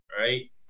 right